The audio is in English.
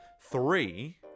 three